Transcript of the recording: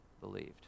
believed